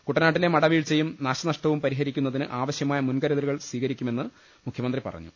കുട്ടനാട്ടിലെ മടവീഴ്ചയും നാശനഷ്ടവും പരിഹരിക്കു ന്നതിന് ആവശ്യമായ മുൻകരുതലുകൾ സ്വീകരിക്കുമെന്ന് മുഖ്യമന്ത്രി പറഞ്ഞു